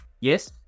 Yes